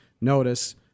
notice